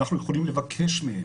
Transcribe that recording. אנחנו יכולים לבקש מהם.